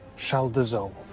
shall dissolve.